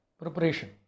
preparation